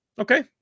Okay